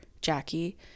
jackie